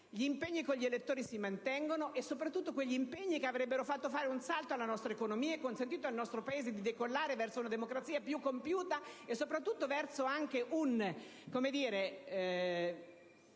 Gli impegni con gli elettori si mantengono e soprattutto quegli impegni che avrebbero fatto fare un salto alla nostra economia e consentito al nostro Paese di decollare verso una democrazia più compiuta e verso un impatto con il